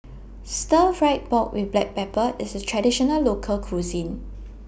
Stir Fry Pork with Black Pepper IS A Traditional Local Cuisine